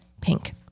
pink